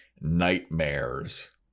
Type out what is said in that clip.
nightmares